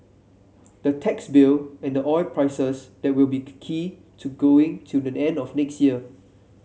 the tax bill and the oil prices there will be key to going till the end of next year